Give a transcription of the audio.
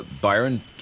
Byron